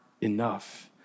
enough